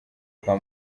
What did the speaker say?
kwa